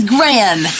Graham